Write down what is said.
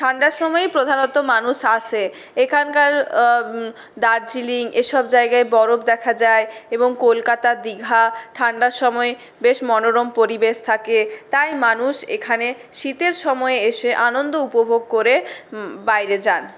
ঠান্ডার সময়ই প্রধানত মানুষ আসে এখানকার দার্জিলিং এসব জায়গায় বরফ দেখা যায় এবং কলকাতা দীঘা ঠান্ডার সময় বেশ মনোরম পরিবেশ থাকে তাই মানুষ এখানে শীতের সময় এসে আনন্দ উপভোগ করে বাইরে যান